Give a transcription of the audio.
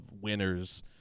winners